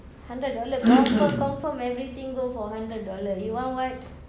hundred dollar confirm confirm everything go for hundred dollar you want what